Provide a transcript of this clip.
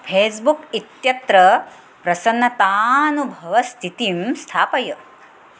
Facebook इत्यत्र प्रसन्नतानुभवस्थितिं स्थापय